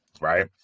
right